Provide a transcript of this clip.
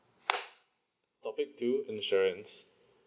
topic two insurance